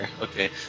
okay